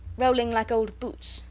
rolling like old boots,